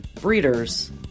breeders